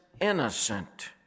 innocent